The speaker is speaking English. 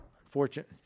unfortunate